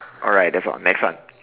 all right that's all next one